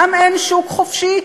גם אין שוק חופשי,